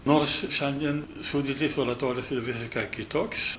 nors šiandien sudėtis oratorijos ir visiškai kitoks